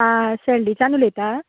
आं शेल्डेसान उलयता